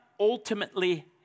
ultimately